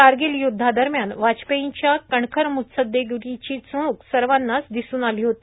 कारगिल युद्धा दरम्यान वाजपेर्यींच्या कणखर मुत्सद्देगिरीची चुणूक सर्वांनाच दिसून आली होती